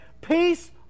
peace